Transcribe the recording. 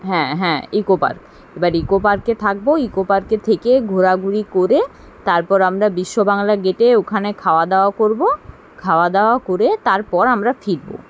হ্যাঁ হ্যাঁ eco park এবার ইকো পার্কে থাকব ইকো পার্কে থেকে ঘোরাঘুরি করে তারপর আমরা বিশ্ব বাংলা গেটে ওখানে খাওয়া দাওয়া করব খাওয়া দাওয়া করে তারপর আমরা ফিরব